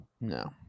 No